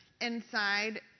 inside